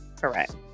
Correct